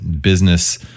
business